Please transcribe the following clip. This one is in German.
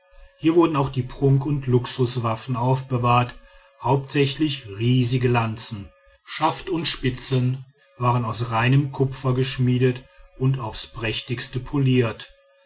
hier wurden auch die prunk und luxuswaffen aufbewahrt hauptsächlich riesige lanzen schaft und spitzen waren aus reinem kupfer geschmiedet und aufs prächtigste poliert